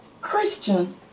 Christian